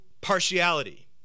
partiality